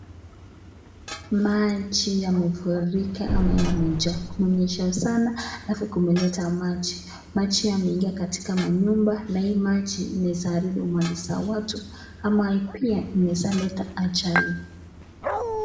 Maji yamefurika ama yamejaa kumenyesha sana alafu kumenyesha maji, maji yameingia katika manyumba na hii maji inaeza haribu mali za watu ama pia inaeza leta ajali.